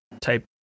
type